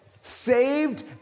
saved